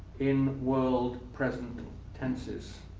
in world present tenses.